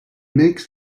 makes